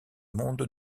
monde